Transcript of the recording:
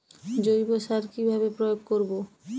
জৈব সার কি ভাবে প্রয়োগ করব?